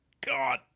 god